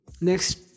Next